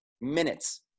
minutes